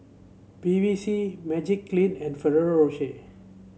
Bevy C Magiclean and Ferrero Rocher